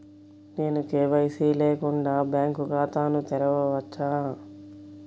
నేను కే.వై.సి లేకుండా బ్యాంక్ ఖాతాను తెరవవచ్చా?